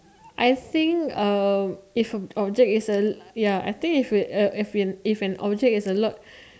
I think uh if an object it's a ya if a object is a lot